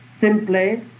simply